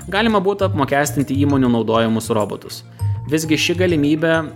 galima būtų apmokestinti įmonių naudojamus robotus visgi ši galimybė